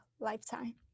lifetime